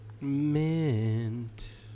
Mint